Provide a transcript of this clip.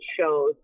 shows